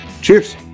Cheers